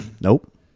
Nope